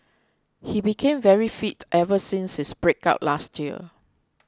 he became very fit ever since his breakup last year